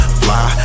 fly